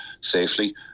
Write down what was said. safely